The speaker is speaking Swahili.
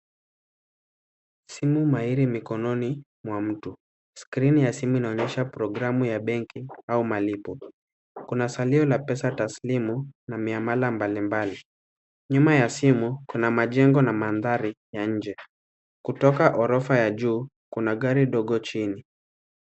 Simu mahiri mikononi mwa mtu, skrini ya simu inaonyesha programu ya benki, au malipo, kuna salio la pesa taslimu na miamala mbalimbali, nyuma ya simu kuna majengo na mandhari ya nje, kutoka ghorofa ya juu, kuna gari dogo chini.